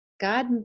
God